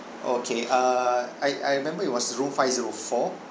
okay err I I remember it was room five zero four